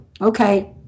okay